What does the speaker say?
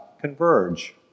converge